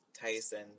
Tyson